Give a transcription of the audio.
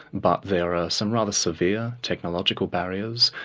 but there are some rather severe technological barriers,